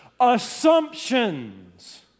Assumptions